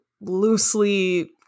loosely